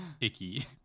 icky